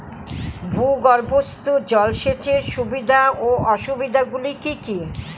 ভূগর্ভস্থ জল সেচের সুবিধা ও অসুবিধা গুলি কি কি?